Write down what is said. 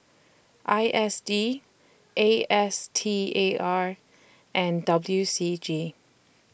I S D A S T A R and W C G